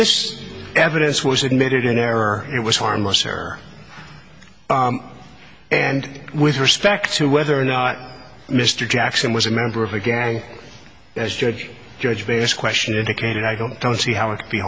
this evidence was admitted in error it was harmless or and with respect to whether or not mr jackson was a member of a gang as judge judge based question indicated i don't don't see how it could be